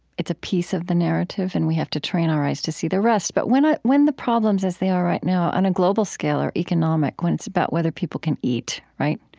it's a piece of the narrative and we have to train our eyes to see the rest. but when ah the the problems as they are right now on a global scale are economic, when it's about whether people can eat, right?